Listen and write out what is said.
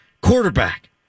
quarterback